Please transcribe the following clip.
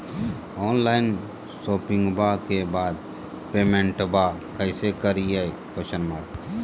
Online शोपिंग्बा के बाद पेमेंटबा कैसे करीय?